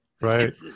right